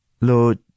Lord